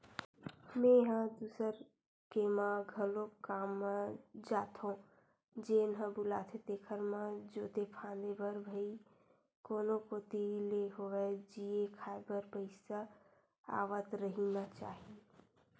मेंहा दूसर के म घलोक काम म जाथो जेन ह बुलाथे तेखर म जोते फांदे बर भई कोनो कोती ले होवय जीए खांए बर पइसा आवत रहिना चाही